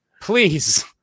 Please